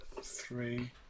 three